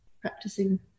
practicing